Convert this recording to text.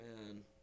Man